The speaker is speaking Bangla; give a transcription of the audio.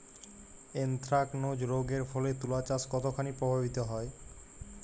এ্যানথ্রাকনোজ রোগ এর ফলে তুলাচাষ কতখানি প্রভাবিত হয়?